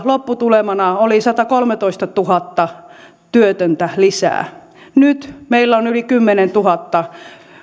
lopputulemana oli satakolmetoistatuhatta työtöntä lisää nyt meillä on yli kymmenentuhatta